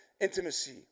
intimacy